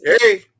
hey